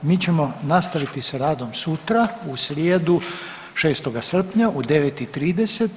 Mi ćemo nastaviti s radom sutra, u srijedu 6. srpnja u 9 i 30.